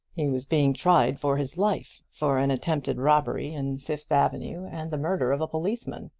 he was being tried for his life for an attempted robbery in fifth avenue and the murder of a policeman.